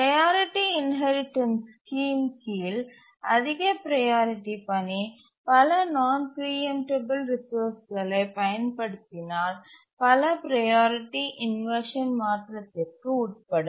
priority inheritance scheme கீழ் அதிக priority பணி பல நான் பிரீஎம்டபல் ரிசோர்ஸ்ங்களை பயன்படுத்தினால் பல ப்ரையாரிட்டி இன்வர்ஷன் மாற்றத்திற்கு உட்படும்